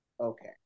Okay